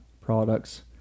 products